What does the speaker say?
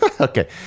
okay